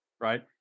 right